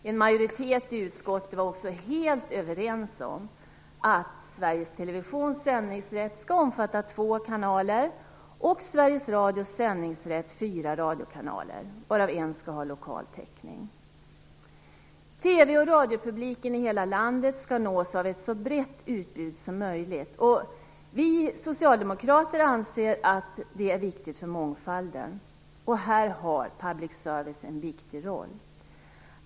En majoritet i utskottet var helt överens om att Sveriges Televisions sändningsrätt skall omfatta två kanaler och Sveriges Radios sändningsrätt fyra radiokanaler, varav en skall ha lokal täckning. TV och radiopubliken i hela landet skall nås av ett så brett utbud som möjligt. Vi socialdemokrater anser att det är viktigt för mångfalden. Här har public service en viktig roll.